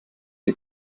die